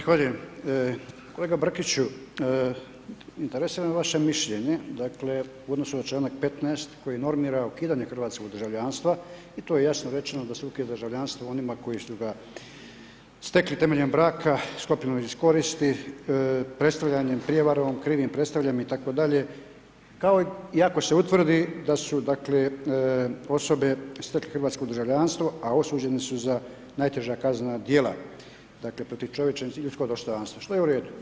Zahvaljujem, kolega Brkiću, interesira me vaše mišljenje dakle u odnosu na članak 15. koji normira ukidanje hrvatskog državljanstva i to je jasno rečeno da se ukida državljanstvo onima koji su ga stekli temeljem braka sklopljenog iz koristi, predstavljanjem prijevarom, krivim predstavljanjem itd. kao i ako se utvrdi da su dakle osobe stekle hrvatsko državljanstvo, a osuđene su za najteža kaznena djela dakle protiv čovječnosti i ljudskog dostojanstva, što je u redu.